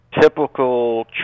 typical